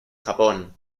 japón